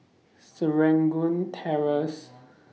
Serangoon Terrace